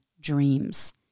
dreams